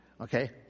okay